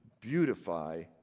beautify